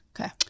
okay